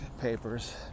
papers